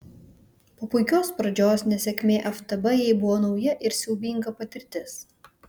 po puikios pradžios nesėkmė ftb jai buvo nauja ir siaubinga patirtis